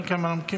כן, כן, מנמקים.